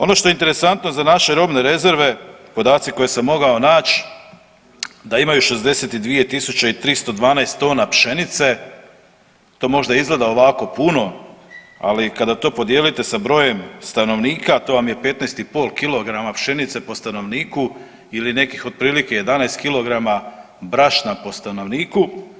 Ono što je interesantno za naše robne rezerve, podaci koje sam mogao nać, da imaju 62.312 tona pšenice, to možda izgleda ovako puno, ali kada to podijelite sa brojem stanovnika to vam je 15,5 kg pšenice po stanovniku ili nekih otprilike 11 kg brašna po stanovniku.